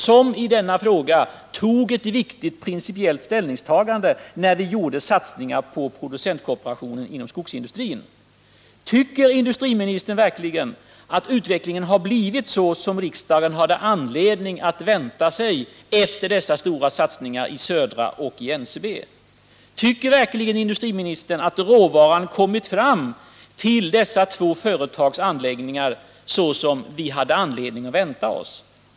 som i denna fråga gjorde ett viktigt principiellt ställningstagande när vi satsade på producentkooperationen inom skogsindustrin. Tycker industriministern att utvecklingen har blivit den som riksdagen hade anledning att garna och i NCB? Tycker verkligen industriministern att råvaran kommit fram till dessa två företags vänta s ig efter dessa stora satsningar i Södra Skoj anläggningar så som vi hade anledning att förvänta oss?